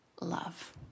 love